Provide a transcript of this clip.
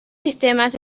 sistemas